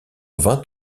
vingt